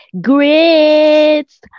grits